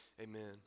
Amen